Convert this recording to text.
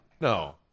No